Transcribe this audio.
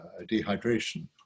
dehydration